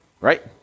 right